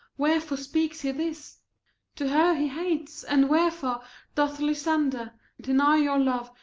wherefore speaks he this to her he hates? and wherefore doth lysander deny your love,